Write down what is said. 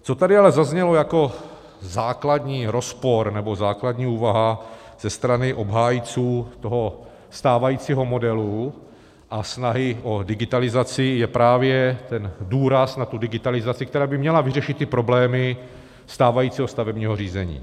Co tady ale zaznělo jako základní rozpor nebo základní úvaha ze strany obhájců stávajícího modelu a snahy o digitalizaci, je právě důraz na digitalizaci, která by měla vyřešit problémy stávajícího stavebního řízení.